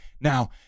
Now